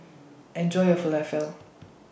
Enjoy your Falafel